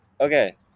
okay